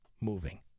moving